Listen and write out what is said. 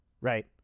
right